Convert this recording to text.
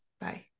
Bye